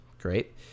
Great